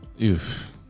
Oof